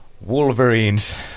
Wolverines